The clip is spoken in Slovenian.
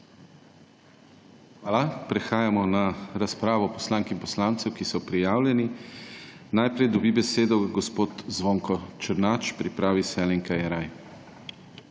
Hvala. Prehajamo na razpravo poslank in poslancev, ki so prijavljeni. Najprej dobi besedo gospod Zvonko Černač, pripravi naj se Alenka Jeraj.